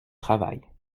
travail